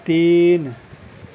تین